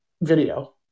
video